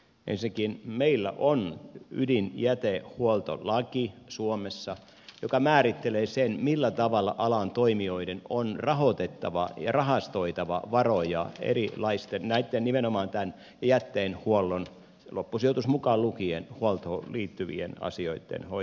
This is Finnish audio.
ensinnäkin meillä on suomessa ydinjätehuoltolaki joka määrittelee sen millä tavalla alan toimijoiden on rahoitettava ja rahastoitava varoja erilaisten nimenomaan jätteenhuoltoon loppusijoitus mukaan lukien liittyvien asioitten hoitamiseksi